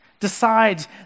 decides